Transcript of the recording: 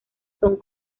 son